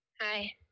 Hi